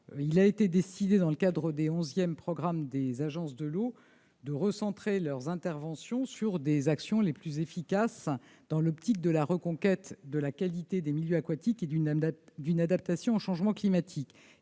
Il a été décidé, dans le cadre du onzième programme des agences de l'eau, de recentrer leurs interventions sur les actions les plus efficaces pour la reconquête de la qualité des milieux aquatiques et pour l'adaptation au changement climatique.